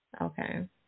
Okay